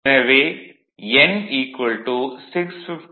எனவே n 655